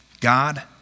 God